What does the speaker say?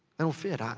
they don't fit. um